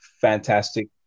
fantastic